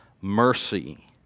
mercy